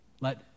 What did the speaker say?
Let